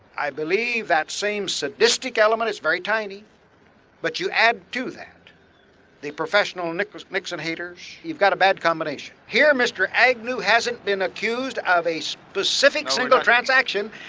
i believe that same sadistic element it's very tiny but you add to that the professional and nixon nixon haters. you've got a bad combination. here mr. agnew hasn't been accused of a specific single transaction,